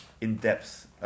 in-depth